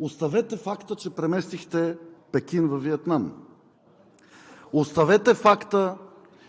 Оставете факта, че преместихте Пекин във Виетнам, оставете факта,